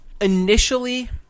Initially